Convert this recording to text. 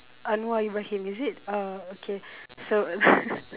anwar-ibrahim is it uh okay so